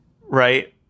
right